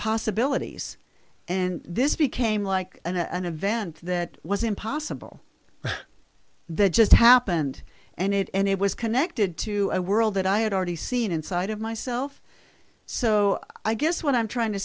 possibilities and this became like an event that was impossible that just happened and it and it was connected to a world that i had already seen inside of myself so i guess what i'm trying to